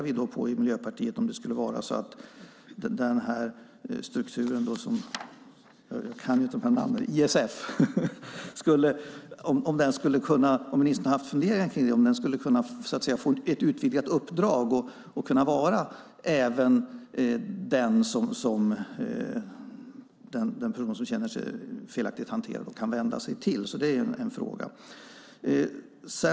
Vi i Miljöpartiet undrar om ni har funderat på om ISF skulle kunna få ett utvidgat uppdrag och även kunna vara den som en person som känner sig felaktigt hanterad kan vända sig till.